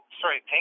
sorry